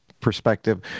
perspective